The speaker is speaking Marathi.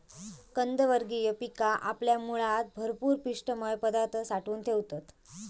कंदवर्गीय पिका आपल्या मुळात भरपूर पिष्टमय पदार्थ साठवून ठेवतत